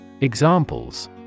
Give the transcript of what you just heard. Examples